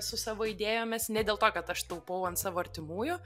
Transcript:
su savo idėjomis ne dėl to kad aš taupau ant savo artimųjų